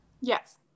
Yes